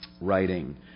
writing